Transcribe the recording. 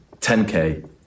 10k